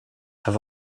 have